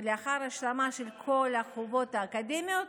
ולאחר השלמה של כל החובות האקדמיים,